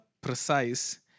precise